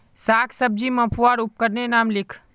साग सब्जी मपवार उपकरनेर नाम लिख?